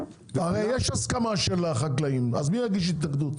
הרי יש הסכמה של החקלאים, אז מי יגיש התנגדות?